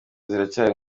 ziracyari